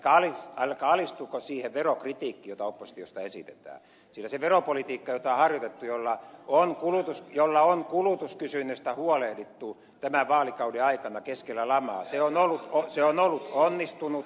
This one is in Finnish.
älkää alistuko siihen verokritiikkiin jota oppositiosta esitetään sillä se veropolitiikka jota on harjoitettu ja jolla on kulutuskysynnästä huolehdittu tämän vaalikauden aikana keskellä lamaa on ollut onnistunutta